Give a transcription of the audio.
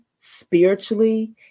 spiritually